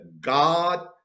God